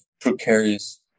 precarious